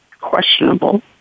questionable